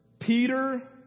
Peter